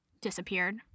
disappeared